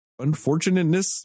unfortunateness